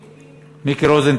מיקי.